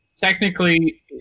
technically